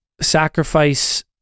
Sacrifice